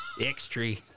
X-Tree